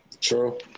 True